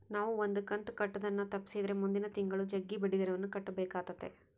ನಾವು ಒಂದು ಕಂತು ಕಟ್ಟುದನ್ನ ತಪ್ಪಿಸಿದ್ರೆ ಮುಂದಿನ ತಿಂಗಳು ಜಗ್ಗಿ ಬಡ್ಡಿದರವನ್ನ ಕಟ್ಟಬೇಕಾತತೆ